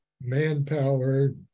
manpower